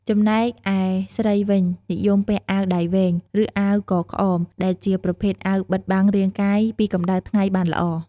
ចំណែកឯស្រីវិញនិយមពាក់អាវដៃវែង ឬអាវកក្អមដែលជាប្រភេទអាវបិទបាំងរាងកាយពីកម្ដៅថ្ងៃបានល្អ។